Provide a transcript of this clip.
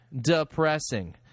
Depressing